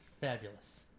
Fabulous